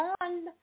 on